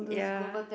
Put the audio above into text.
yeah